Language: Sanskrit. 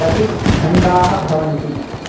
कति घण्टाः भवन्ति